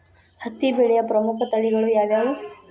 ಹತ್ತಿ ಬೆಳೆಯ ಪ್ರಮುಖ ತಳಿಗಳು ಯಾವ್ಯಾವು?